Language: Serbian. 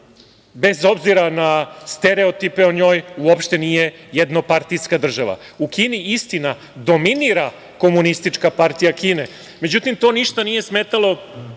bez obzira na stereotipe o njoj uopšte nije jednopartijska država. U Kini, istina, dominira Komunistička partija Kine, međutim to ništa nije smetalo